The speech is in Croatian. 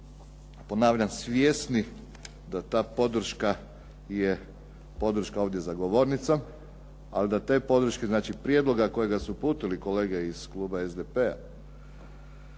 ponavljam svjesni da ta podrška je podrška ovdje za govornicom, ali da te podrške, znači prijedloga kojega su uputili kolege iz kluba SDP-a